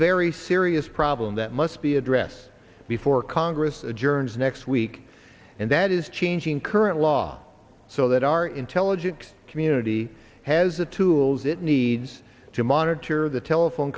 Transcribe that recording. very serious problem that must be addressed before congress adjourns next week and that is changing current law so that our intelligence community has the tools it needs to monitor the telephone